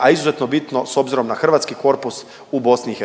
a izuzetno bitno s obzirom na hrvatski korpus u BIH.